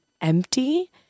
empty